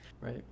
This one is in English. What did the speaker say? Right